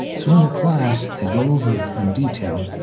so in the class, they go over, in detail,